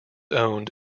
owned